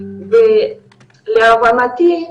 להבנתי,